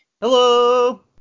Hello